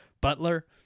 Butler